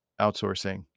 outsourcing